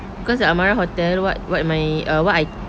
because the Amara hotel what what my uh what I